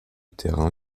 terrain